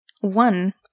One